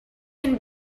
can